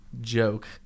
joke